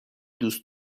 دوست